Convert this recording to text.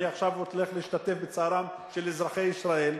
אני עכשיו הולך להשתתף בצערם של אזרחי ישראל.